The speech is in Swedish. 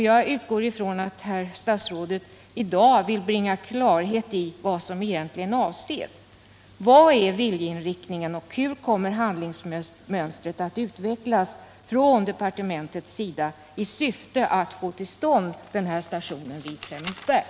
Jag utgår ifrån att herr statsrådet i dag vill bringa klarhet i vad som egentligen avses. Vilken är viljeinriktningen, och hur kommer handlingsmönstret att utvecklas från departementets sida i syfte att få till stånd den här stationen vid Flemingsberg?